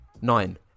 Nine